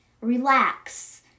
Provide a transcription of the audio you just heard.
relax